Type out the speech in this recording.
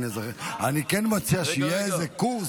אני כן מציע שיהיה קורס,